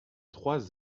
trois